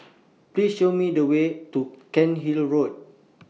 Please Show Me The Way to Cairnhill Road